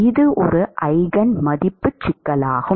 இது ஒரு ஈஜென் மதிப்பு சிக்கலாகும்